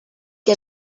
que